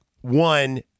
one